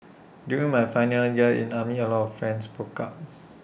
during my final year in army A lot of friends broke up